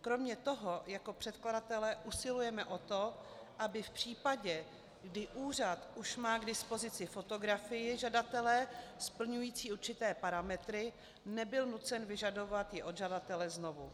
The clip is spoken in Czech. Kromě toho jako předkladatelé usilujeme o to, aby v případě, kdy úřad už má k dispozici fotografii žadatele splňující určité parametry, nebyl nucen vyžadovat ji od žadatele znovu.